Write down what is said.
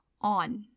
on